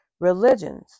Religions